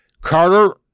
Carter